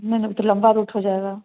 नहीं नहीं वो तो लंबा रूट हो जाएगा